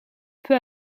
peu